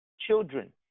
Children